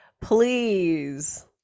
please